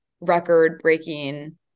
record-breaking